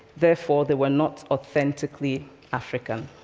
therefore they were not authentically african.